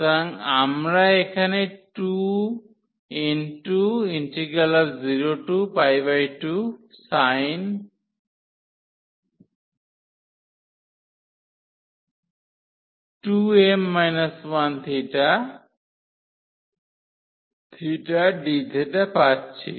সুতরাং আমরা এখানে 202sin2m 1 dθ পাচ্ছি